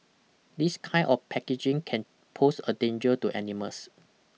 this kind of packaging can pose a danger to animals